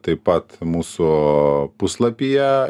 taip pat mūsų puslapyje